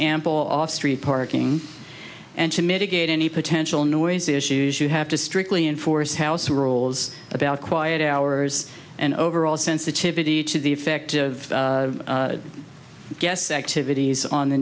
ample off street parking and to mitigate any potential noise issues you have to strictly enforce house rules about quiet hours and overall sensitivity to the effect of guests activities on the